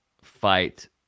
fight